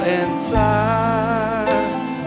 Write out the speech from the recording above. inside